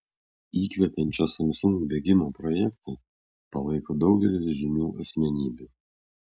įkvepiančio samsung bėgimo projektą palaiko daugelis žymių asmenybių